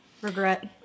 Regret